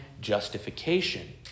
justification